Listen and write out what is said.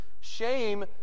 Shame